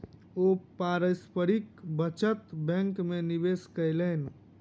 ओ पारस्परिक बचत बैंक में निवेश कयलैन